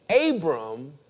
Abram